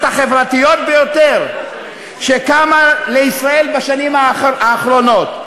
החברתיות ביותר שקמו לישראל בשנים האחרונות.